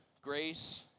grace